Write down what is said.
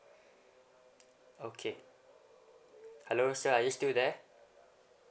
okay hello sir are you still there